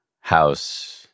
house